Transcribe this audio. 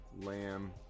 Lamb